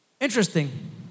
Interesting